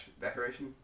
decoration